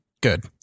Good